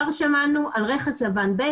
כבר שמענו על רכס לבן ב',